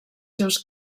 seus